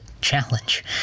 challenge